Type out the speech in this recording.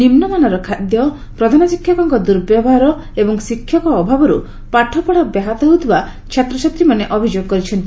ନିମ୍ନମାନର ଖାଦ୍ୟ ପ୍ରଧାନଶିକ୍ଷକଙ୍କର ଦୁର୍ବ୍ୟବହାର ଏବଂ ଶିକ୍ଷକ ଅଭାବର୍ ପାଠପଢ଼ା ବ୍ୟାହତ ହେଉଥିବା ଛାତ୍ରଛାତ୍ରୀମାନେ ଅଭିଯୋଗ କରିଛନ୍ତି